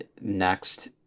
next